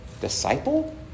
disciple